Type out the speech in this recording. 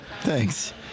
thanks